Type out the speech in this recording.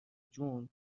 جون